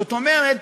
זאת אומרת,